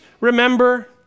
remember